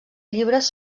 llibres